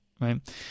right